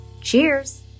Cheers